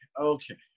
Okay